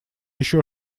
еще